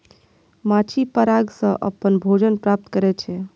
माछी पराग सं अपन भोजन प्राप्त करै छै